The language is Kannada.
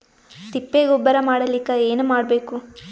ತಿಪ್ಪೆ ಗೊಬ್ಬರ ಮಾಡಲಿಕ ಏನ್ ಮಾಡಬೇಕು?